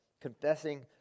confessing